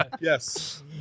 Yes